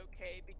okay